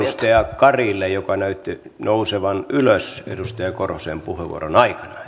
edustaja karille joka näytti nousevan ylös edustaja korhosen puheenvuoron aikana